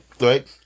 right